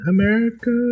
America